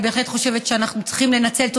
אני בהחלט חושבת שאנחנו צריכים לנצל את